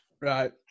Right